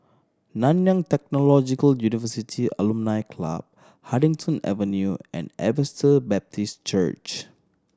Nanyang Technological University Alumni Club Huddington Avenue and Baptist Church